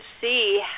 see